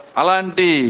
alanti